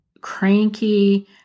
cranky